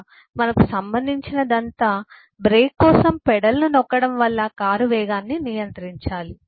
మనకు సంబంధించినదంతా బ్రేక్ కోసం పెడల్ ను నొక్కడం వల్ల కారు వేగాన్ని నియంత్రించాలి